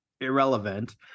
irrelevant